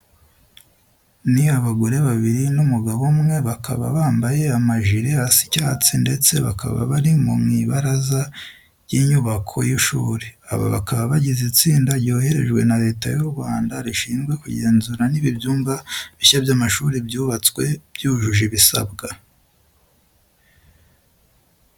Ni abagore babiri n'umugabo umwe, bakaba bambaye amajire asa icyatsi ndetse bakaba bari mu ibaraza ry'inyubako y'ishuri. Aba bakaba bagize itsinda ryoherejwe na Leta y'u Rwanda rishinzwe kugenzura niba ibyumba bishya by'amashuri byubatswe byujuje ibisabwa.